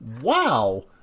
Wow